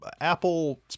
apple